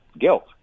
guilt